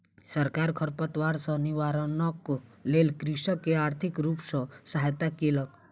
सरकार खरपात सॅ निवारणक लेल कृषक के आर्थिक रूप सॅ सहायता केलक